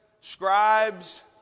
scribes